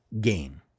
gain